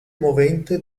movente